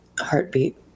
heartbeat